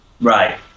right